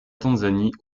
tanzanie